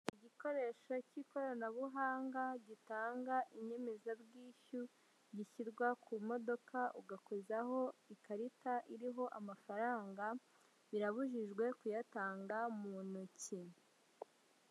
Igikoresho cy'ikoranabuhanga gitanga inyemezabwishyu, gishyirwa ku modoka, ugakozaho ikarita iriho amafaranga, birabujijwe kuyatanga mu ntoki.